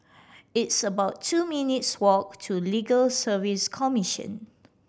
it's about two minutes' walk to Legal Service Commission